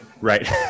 Right